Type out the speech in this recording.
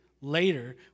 later